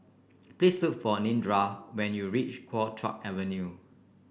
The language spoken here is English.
please look for Nedra when you reach Kuo Chuan Avenue